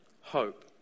hope